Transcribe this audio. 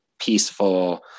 peaceful